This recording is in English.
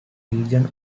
region